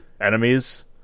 Enemies